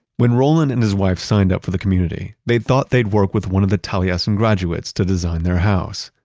when roland and his wife signed up for the community, they thought they'd work with one of the taliesin graduates to design their house,